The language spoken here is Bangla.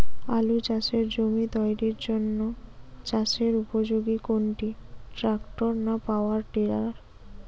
আলু চাষের জমি তৈরির জন্য চাষের উপযোগী কোনটি ট্রাক্টর না পাওয়ার টিলার?